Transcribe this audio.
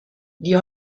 die